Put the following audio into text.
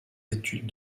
études